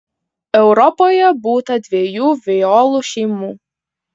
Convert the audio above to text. europoje būta dviejų violų šeimų